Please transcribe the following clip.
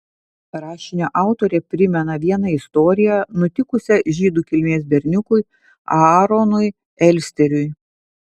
rašinio autorė primena vieną istoriją nutikusią žydų kilmės berniukui aaronui elsteriui